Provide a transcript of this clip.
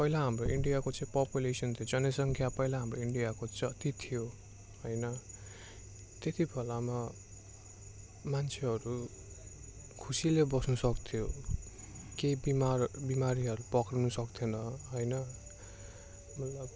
पहिला हाम्रो इन्डियाको चाहिँ पपुलेसन चाहिँ जनसङ्ख्या पहिला हाम्रो इन्डियाको चाहिँ अति थियो होइन त्यति बेलामा मान्छेहरू खुसीले बस्न सक्थ्यो केही बिमारहरू बिमारीहरू पक्रिन सक्थेन होइन